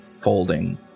folding